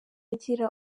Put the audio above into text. agira